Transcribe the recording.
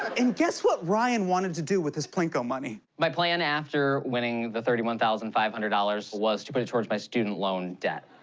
and guess what ryan wanted to do with his plinko money. my plan after winning the thirty one thousand five hundred dollars was to put it towards my student loan debt.